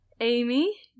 amy